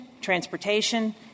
transportation